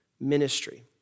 ministry